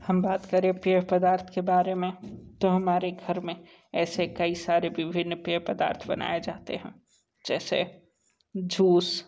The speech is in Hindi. हम बात करें पेय पदार्थ के बारे में तो हमारे घर में ऐसे कई सारे विभिन्न पेय पदार्थ बनाए जाते हैं जैसे जूस